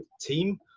team